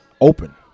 open